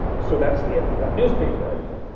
so that's the end of that newspaper article.